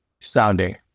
sounding